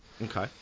Okay